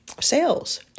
sales